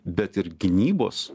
bet ir gynybos